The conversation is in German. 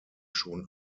schon